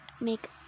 make